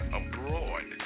abroad